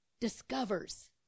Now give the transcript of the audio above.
discovers